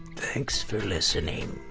thanks for listening.